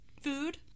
food